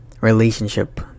relationship